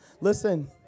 Listen